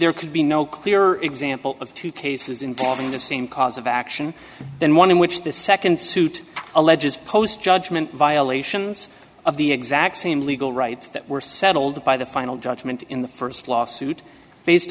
there could be no clear example of two cases involving the same cause of action then one in which the nd suit alleges post judgment violations of the exact same legal rights that were settled by the final judgment in the st lawsuit based